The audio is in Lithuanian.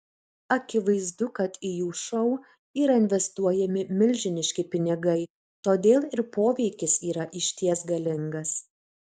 akivaizdu kad į jų šou yra investuojami milžiniški pinigai todėl ir poveikis yra išties galingas